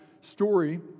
story